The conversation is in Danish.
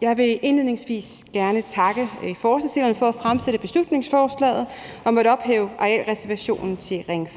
Jeg vil indledningsvis gerne takke forslagsstillerne for at fremsætte beslutningsforslaget om at ophæve arealreservationerne til Ring